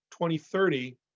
2030